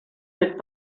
wird